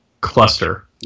cluster